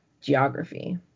geography